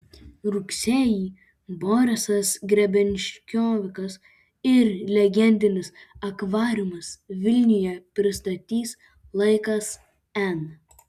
rugsėjį borisas grebenščikovas ir legendinis akvariumas vilniuje pristatys laikas n